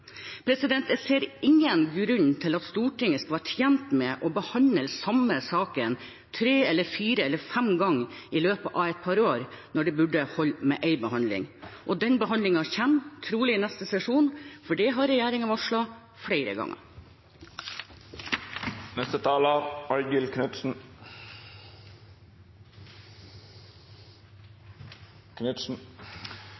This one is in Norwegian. Jeg ser ingen grunn til at Stortinget skal være tjent med å behandle samme sak tre, fire eller fem ganger i løpet av et par år, når det burde holde med én behandling. Den behandlingen kommer, trolig i neste sesjon, for det har regjeringen varslet flere ganger.